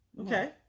okay